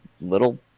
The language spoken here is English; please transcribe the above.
little